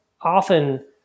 often